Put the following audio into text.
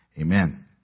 Amen